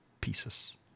pieces